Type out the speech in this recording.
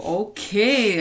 okay